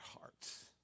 hearts